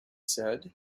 said